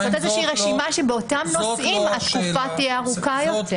ולתת רשימה שבאותם נושאים התקופה תהיה ארוכה יותר.